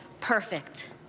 perfect